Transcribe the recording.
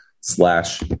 slash